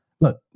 Look